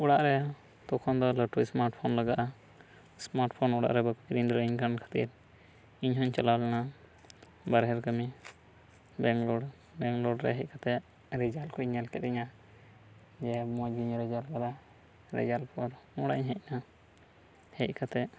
ᱚᱲᱟᱜ ᱨᱮ ᱛᱚᱠᱷᱚᱱ ᱫᱚ ᱞᱟᱹᱴᱩ ᱥᱢᱟᱴ ᱯᱷᱳᱱ ᱞᱟᱜᱟᱜᱼᱟ ᱥᱢᱟᱴ ᱯᱷᱳᱱ ᱚᱲᱟᱜ ᱨᱮ ᱵᱟᱠᱚ ᱠᱤᱨᱤᱧ ᱫᱟᱲᱮᱭᱟᱹᱧ ᱠᱟᱱ ᱠᱷᱟᱹᱛᱤᱨ ᱤᱧ ᱦᱚᱧ ᱪᱟᱞᱟᱣ ᱞᱮᱱᱟ ᱵᱟᱨᱦᱮ ᱨᱮ ᱠᱟᱹᱢᱤ ᱵᱮᱝᱞᱳᱨ ᱵᱮᱝᱞᱳᱨ ᱨᱮ ᱦᱮᱡ ᱠᱟᱛᱮ ᱨᱮᱡᱟᱞ ᱠᱚᱧ ᱧᱮᱞ ᱠᱮᱫ ᱛᱤᱧᱟ ᱡᱮ ᱢᱚᱡᱽ ᱜᱮᱧ ᱨᱮᱡᱟᱞ ᱟᱠᱟᱫᱟ ᱨᱮᱡᱟᱞ ᱯᱚᱨ ᱚᱲᱟᱜ ᱤᱧ ᱦᱮᱡ ᱮᱱᱟ ᱦᱮᱡ ᱠᱟᱛᱮ